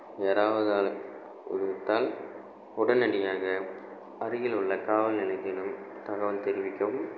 யாராவது உடனடியாக அருகிலுள்ள காவல் நிலையத்திலும் தகவல் தெரிவிக்கவும்